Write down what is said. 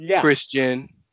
Christian